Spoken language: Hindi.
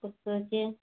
कुछ सोचिए